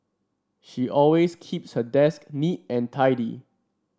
she always keeps her desk neat and tidy